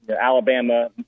Alabama